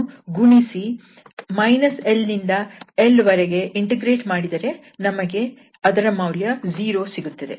ಈಗ ನಮ್ಮಲ್ಲಿ ಇರುವ ಫಲಿತಾಂಶಗಳೆಂದರೆ ನಾವು cos mxl ಮತ್ತು cos nxl ಗಳನ್ನು ಗುಣಿಸಿ −𝑙 ನಿಂದ 𝑙 ವರೆಗೆ ಇಂಟಿಗ್ರೇಟ್ ಮಾಡಿದರೆ ನಮಗೆ ಅದರ ಮೌಲ್ಯ 0 ಸಿಗುತ್ತದೆ